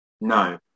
No